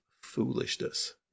foolishness